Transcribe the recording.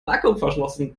vakuumverschlossen